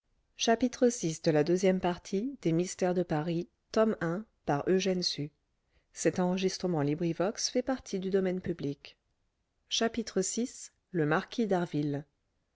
de monsieur le marquis